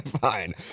fine